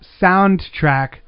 soundtrack